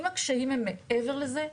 אם הקשיים הם מעבר לזה,